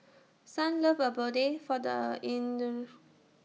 Sunlove Abode For The inner